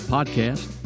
Podcast